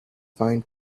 fine